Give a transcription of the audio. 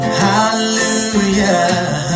hallelujah